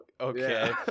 okay